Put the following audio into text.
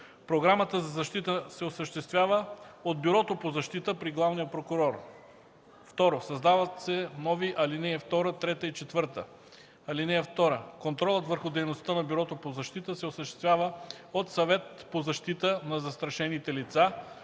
Програмата за защита се осъществява от Бюрото по защита при главния прокурор.” 2. Създават се нови ал. 2, 3 и 4: „(2) Контролът върху дейността на Бюрото по защита се осъществява от Съвет по защита на застрашените лица,